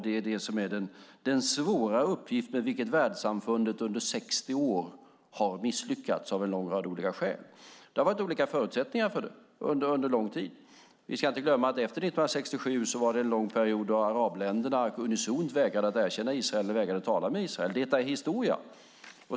Det är den svåra uppgift som världssamfundet under 60 år misslyckats med - av en rad olika skäl. Det har under lång tid varit olika förutsättningar. Vi ska inte glömma att efter 1967 fanns en lång period då arabländerna unisont vägrade att erkänna och att tala med Israel. Det är nu historia.